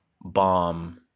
bomb